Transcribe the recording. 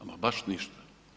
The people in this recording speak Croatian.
Ama baš ništa.